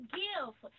gift